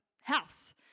house